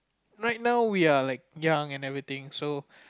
right now we are like young and everything so